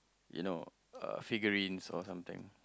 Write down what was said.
you know uh figurines or something